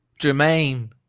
Jermaine